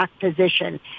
position